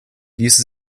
ließe